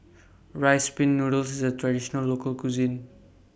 Rice Pin Noodles IS A Traditional Local Cuisine